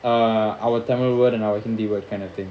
uh our tamil word and our hindi word kind of thing